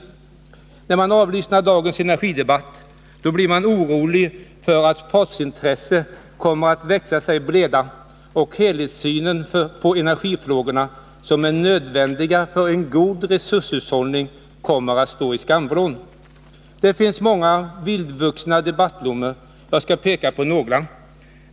När man avlyssnar dagens energidebatt, blir man orolig för att partsintressen kommer att växa sig breda, och den helhetssyn på energifrågorna som är nödvändig för en god resurshushållning kommer att få stå i skamvrån. Det finns många vildvuxna debattblommor. Jag skall peka på några.